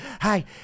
Hi